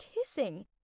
kissing